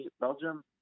Belgium